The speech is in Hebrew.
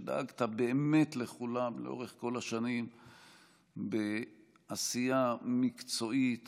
דאגת באמת לכולם לאורך כל השנים בעשייה מקצועית